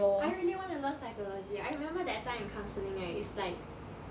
I really wanna learn psychology I remember that time in counselling right it's like